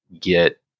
get